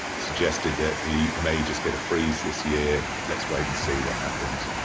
suggested that we may just get a freeze this year, let's wait and see what happens.